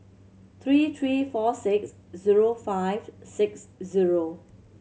three three four six zero five six zero